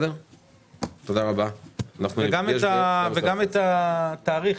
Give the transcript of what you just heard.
וגם התאריך,